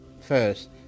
first